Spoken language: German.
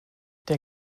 der